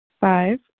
Five